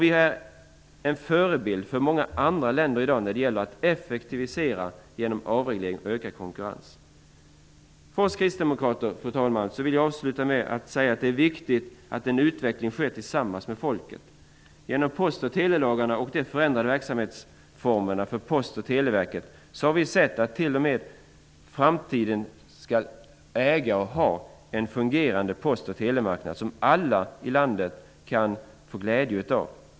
Sverige är i dag en förebild för många andra länder när det gäller att effektivisera genom avreglering och ökad konkurrens. Jag vill, fru talman, avsluta med att säga att det för oss kristdemokrater är viktigt att en utveckling äger rum tillsammans med folket. Genom post och telelagarna och de förändrade verksamhetsformerna för Posten och Televerket har vi sett till att vi även i framtiden skall ha en fungerande post och telemarknad, som alla i vårt land kan få glädje av.